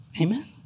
Amen